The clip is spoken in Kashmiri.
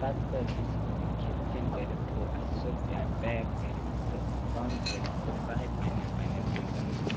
پَتہٕ کٔر اَسہِ کٲم کھٮ۪ن چٮ۪ن کٔرِتھ تھوٚو اَسہِ سُہ ٹٮ۪نٛٹ پیک کٔرِتھ تہٕ بنٛد کٔرِتھ تہٕ ژاے پنٛنٮ۪ن پنٛنٮ۪ن ٹٮ۪نٛٹَن منٛز